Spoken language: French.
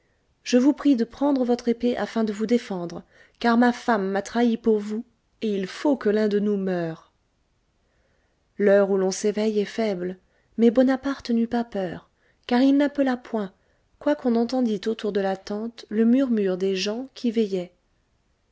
je vous prie de prendre votre épée afin de vous défendre car ma femme m'a trahi pour vous et il faut que l'un de nous meure l'heure où l'on s'éveille est faible mais bonaparte n'eut pas peur car il n'appela point quoiqu'on entendit autour de la tente le murmure des gens qui veillaient